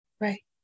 right